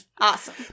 Awesome